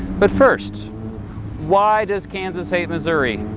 but first why does kansas hate missouri?